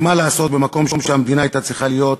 כי, מה לעשות, במקום שהמדינה הייתה צריכה להיות,